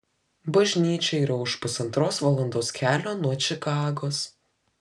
bažnyčia yra už pusantros valandos kelio nuo čikagos